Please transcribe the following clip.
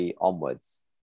onwards